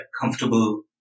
comfortable